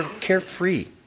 carefree